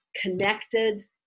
connected